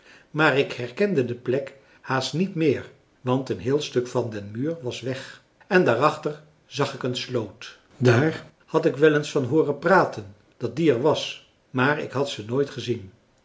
maar ik herkende de plek haast niet meer want een heel stuk van den muur was weg en daarachter zag ik een sloot daar had ik wel eens van hooren praten dat die er was maar ik had ze nooit gezien